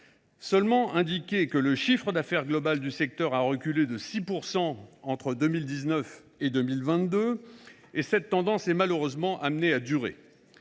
simplement que le chiffre d’affaires global du secteur a reculé de 6 % entre 2019 et 2022 et que cette tendance est malheureusement appelée à durer.